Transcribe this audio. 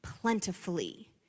plentifully